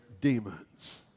demons